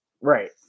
right